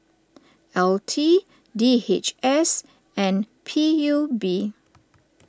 LT D H S and P U B